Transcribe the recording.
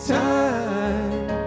time